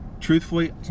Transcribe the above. Truthfully